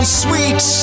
sweet